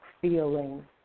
feeling